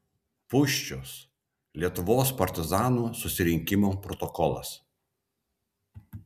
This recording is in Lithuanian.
pūščios lietuvos partizanų susirinkimo protokolas